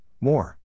more